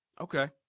Okay